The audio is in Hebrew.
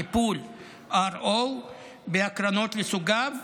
טיפול RO והקרנות לסוגיו,